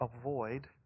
avoid